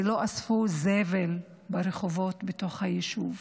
ולא אספו זבל ברחובות ביישוב.